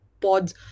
pods